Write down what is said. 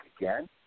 again